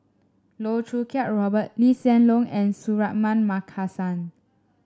Loh Choo Kiat Robert Lee Hsien Loong and Suratman Markasan